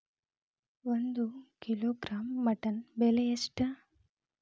ಒಂದು kilogram mutton ಬೆಲೆ ಎಷ್ಟ್?